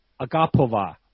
Agapova